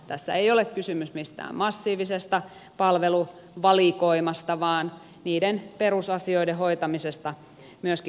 tässä ei ole kysymys mistään massiivisesta palveluvalikoimasta vaan perusasioiden hoitamisesta myöskin kansanterveyden kannalta